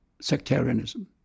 sectarianism